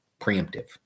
preemptive